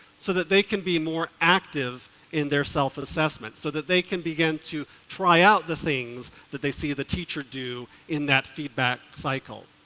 so that they can be more active in their self assessment so that they can begin to try out the things that they see the teacher do in that feedback cycle.